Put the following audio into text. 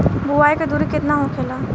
बुआई के दूरी केतना होखेला?